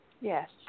Yes